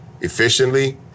efficiently